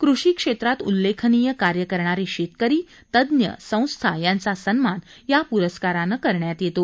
कृषी क्षेत्रात उल्लेखनीय कार्य करणारे शेतकरी तज्ञ संस्था यांचा सन्मान या प्रस्कारानं करण्यात येतो